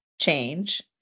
change